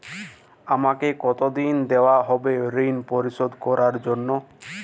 আমাকে কতদিন দেওয়া হবে ৠণ পরিশোধ করার জন্য?